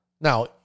Now